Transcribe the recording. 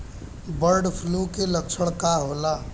Bird flu के लक्षण का होला?